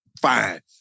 Fine